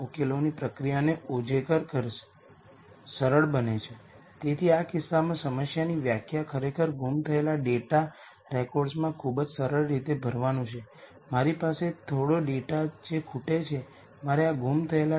અને મેં છેલ્લા સ્લાઇડમાં ઉલ્લેખ કર્યો છે તેમ ડેટા સાયન્સમાં સિમેટ્રિક મૈટ્રિક્સની ખૂબ જ મહત્વપૂર્ણ ભૂમિકા હોય છે